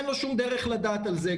אין לו שום דרך לדעת על זה.